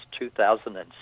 2007